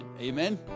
Amen